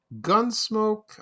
Gunsmoke